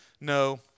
no